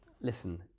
listen